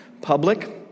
public